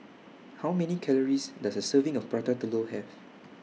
How Many Calories Does A Serving of Prata Telur Have